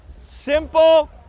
simple